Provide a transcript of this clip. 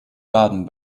baden